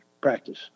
practice